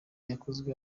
yakozwe